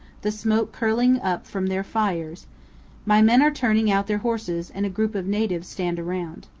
the smoke curling up from their fires my men are turning out their horses and a group of natives stand around.